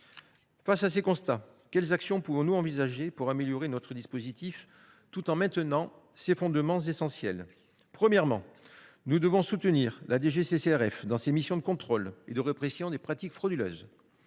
Face à ces constats, quelles actions pouvons nous envisager pour améliorer notre dispositif tout en maintenant ses fondements essentiels ? Premièrement, nous devons soutenir la DGCCRF dans ses missions de contrôle et de répression des pratiques frauduleuses.